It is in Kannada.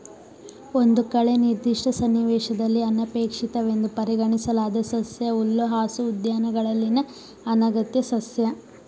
ಒಂದು ಕಳೆ ನಿರ್ದಿಷ್ಟ ಸನ್ನಿವೇಶದಲ್ಲಿ ಅನಪೇಕ್ಷಿತವೆಂದು ಪರಿಗಣಿಸಲಾದ ಸಸ್ಯ ಹುಲ್ಲುಹಾಸು ಉದ್ಯಾನಗಳಲ್ಲಿನ ಅನಗತ್ಯ ಸಸ್ಯ